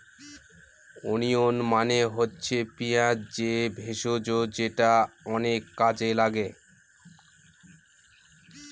onion মানে হচ্ছে পেঁয়াজ যে ভেষজ যেটা অনেক কাজে লাগে